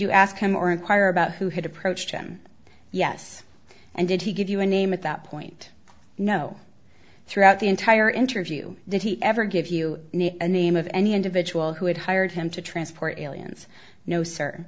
you ask him or inquire about who had approached him yes and did he give you a name at that point no throughout the entire interview did he ever give you the name of any individual who had hired him to transport aliens no sir